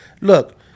Look